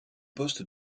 poste